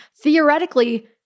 Theoretically